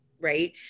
right